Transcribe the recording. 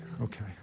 Okay